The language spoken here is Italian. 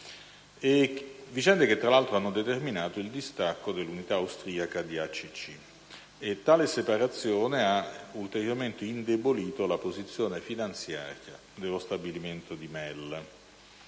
determinato tra l'altro il distacco della unità austriaca di ACC. Tale separazione ha ulteriormente indebolito la posizione finanziaria dello stabilimento di Mel.